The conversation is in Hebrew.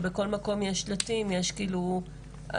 ובכל מקום יש שלטים ויש כאילו הסברים.